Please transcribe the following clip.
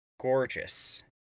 gorgeous